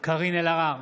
קארין אלהרר,